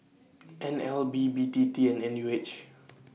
N L B B T T and N U H